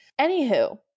Anywho